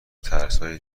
ترسهای